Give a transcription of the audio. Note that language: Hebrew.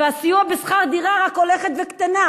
והסיוע בשכר דירה רק הולך וקטן.